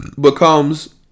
becomes